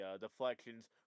deflections